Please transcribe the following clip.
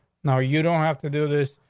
now you don't have to do this,